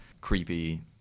creepy